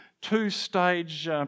two-stage